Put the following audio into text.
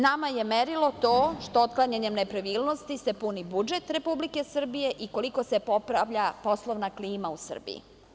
Nama je merilo to što otklanjanjem nepravilnosti se puni budžet Republike Srbije i koliko se popravlja poslovna klima u Srbiji.